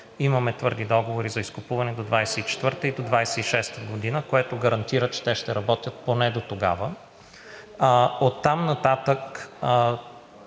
имаме твърди договори за изкупуване до 2024 г. и до 2026 г., което гарантира, че те ще работят поне дотогава. Оттам нататък